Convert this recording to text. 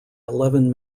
eleven